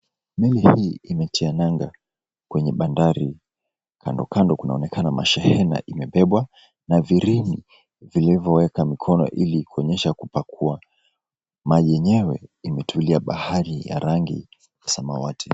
Meli hii imetia nanga kwenye bandari, kando kando kunaonekana shehena imebebwa na vireni vilivyoweka mikono ili kuonyesha kupakua. Maji yenyewe imetulia bahari ya rangi samawati.